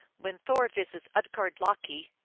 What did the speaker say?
when thor visits utgard loki,